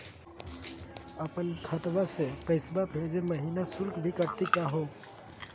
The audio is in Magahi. अपन खतवा से पैसवा भेजै महिना शुल्क भी कटतही का हो?